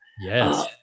Yes